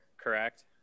correct